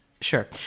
Sure